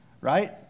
right